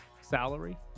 salary